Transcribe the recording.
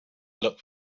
look